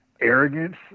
arrogance